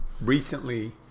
recently